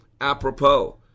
apropos